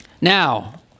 Now